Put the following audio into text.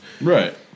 Right